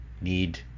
need